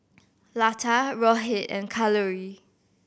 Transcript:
Lata Rohit and Kalluri